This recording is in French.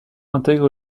intègre